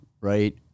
right